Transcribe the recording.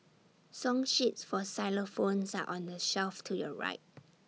song sheets for xylophones are on the shelf to your right